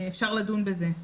אפשר לדון בזה,